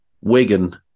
Wigan